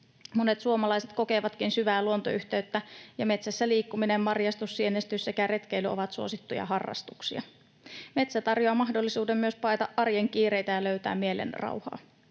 Monet suomalaiset kokevatkin syvää luontoyhteyttä, ja metsässä liikkuminen, marjastus, sienestys sekä retkeily ovat suosittuja harrastuksia. Metsä tarjoaa mahdollisuuden myös paeta arjen kiireitä ja löytää mielenrauhaa.